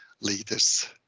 leaders